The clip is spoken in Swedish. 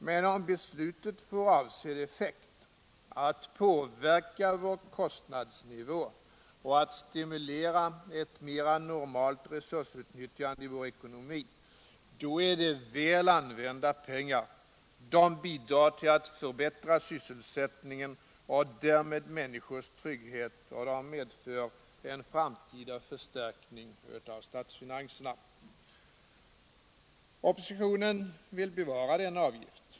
Men om beslutet får avsedd effekt, nämligen att påverka vår kostnadsnivå och stimulera till ett mera normalt resursutnyttjande i vår ekonomi, är det väl använda pengar. Det bidrar till att förbättra sysselsättningen och därmed människors trygghet, och det medför en framtida förstärkning av statsfinanserna. Oppositionen vill bevara denna avgift.